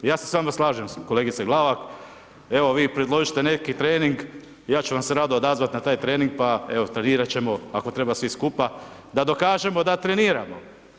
Ja se onda slažem s kolegicom Glavak, evo vi predložite neki trening, ja ću vam se rado odazvati na taj trening, pa evo, trenirati ćemo ako treba svi skupa, da dokažemo da treniramo.